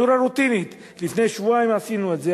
בצורה רוטינית, לפני שבועיים עשינו את זה.